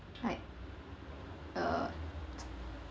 tried err